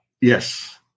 Yes